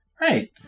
Right